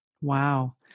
Wow